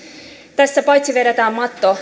tässä vedetään matto